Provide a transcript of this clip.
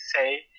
say